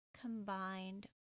combined